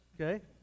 Okay